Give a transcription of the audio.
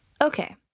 Okay